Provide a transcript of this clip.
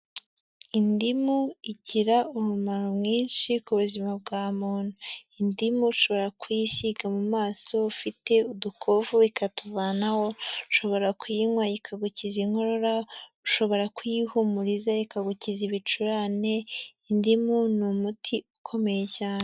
Indimu igira umumaro mwinshi ku buzima bwa muntu, indimu ushobora kuyisiga mu maso ufite udukovu ikatuvanaho, ushobora kuyinywa ikagukiza inkorora, ushobora kuyihumuriza ikagukiza ibicurane, indimu ni umuti ukomeye cyane.